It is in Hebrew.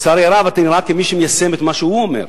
לצערי הרב אתה נראה כמי שמיישם את מה שהוא אומר,